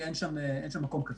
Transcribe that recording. אין שם מקום כזה.